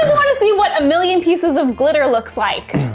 wanna see what a million pieces of glitter looks like.